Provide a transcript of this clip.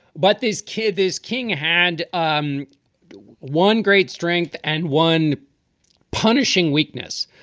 but this kid is king, had um one great strength and one punishing weakness.